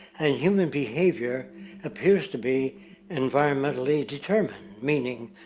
and human behavior appears to be environmentally determined. meaning,